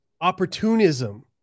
opportunism